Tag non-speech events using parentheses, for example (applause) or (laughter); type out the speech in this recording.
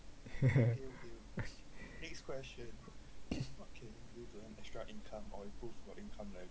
(laughs)